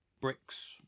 bricks